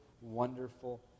wonderful